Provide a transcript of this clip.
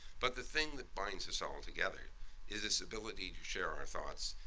but the thing that binds us all together is this ability to share our thoughts,